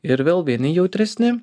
ir vėl vieni jautresni